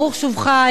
ברוך שובך,